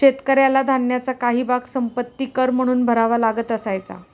शेतकऱ्याला धान्याचा काही भाग संपत्ति कर म्हणून भरावा लागत असायचा